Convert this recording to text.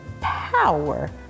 power